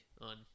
on